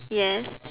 yes